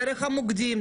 דרך מוקדים,